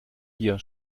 hier